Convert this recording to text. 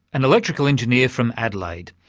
an electrical engineer from adelaide.